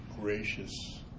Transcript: gracious